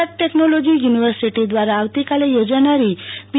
Gujarat technological university દ્વારા આવતીકાલે યોજાનારી પી